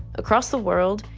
across the world,